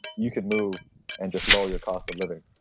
you can move and just lower your cost of living.